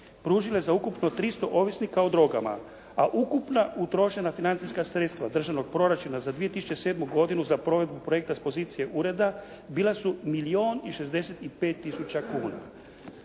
pružile za ukupno 300 ovisnika o drogama, a ukupna utrošena financijska sredstva državnog proračuna za 2007. godinu za provedbu projekta s pozicije ureda bila su milijon